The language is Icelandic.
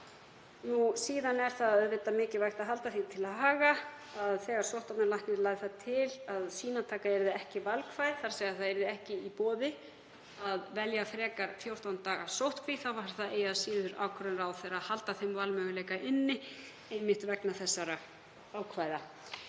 Síðan er auðvitað mikilvægt að halda því til haga að þegar sóttvarnalæknir lagði til að sýnataka yrði ekki valkvæð, þ.e. að það yrði ekki í boði að velja frekar 14 daga sóttkví, þá var það eigi að síður ákvörðun ráðherra að halda þeim valmöguleika inni einmitt vegna þessara ákvæða.